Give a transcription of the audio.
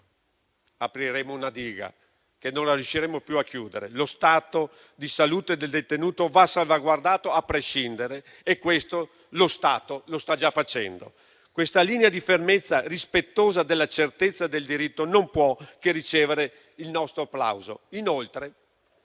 apriremmo una diga che non riusciremmo più a chiudere. Lo stato di salute del detenuto va salvaguardato a prescindere e questo lo Stato lo sta già facendo. Questa linea di fermezza rispettosa della certezza del diritto non può che ricevere il nostro applauso.